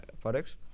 products